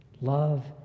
Love